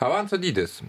avanso dydis